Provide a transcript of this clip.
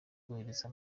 kohereza